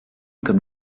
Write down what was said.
comme